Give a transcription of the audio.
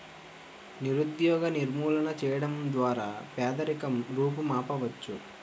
నిరుద్యోగ నిర్మూలన చేయడం ద్వారా పేదరికం రూపుమాపవచ్చు